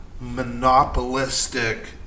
monopolistic